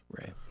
Right